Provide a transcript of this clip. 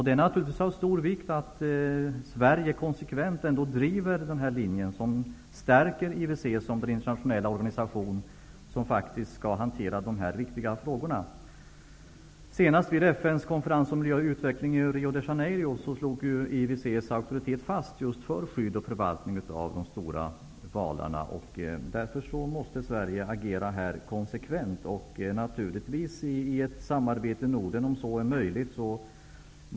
Det är naturligtvis av stor vikt att Sverige konsekvent driver den linje som stärker IWC som den internationella organisation som faktiskt skall hantera de här viktiga frågorna. Senast vid FN:s konferens om miljö och utveckling i Rio de Janeiro slogs ju IWC:s auktoritet fast just för skydd och förvaltning av de stora valarna. Därför måste Sverige agera konsekvent, naturligtvis i ett samarbete inom Norden om så är möjligt.